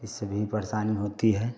इससे भी परेशानी होती है